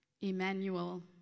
Emmanuel